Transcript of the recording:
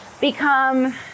become